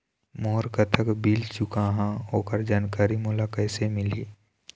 मोर कतक बिल चुकाहां ओकर जानकारी मोला कैसे मिलही?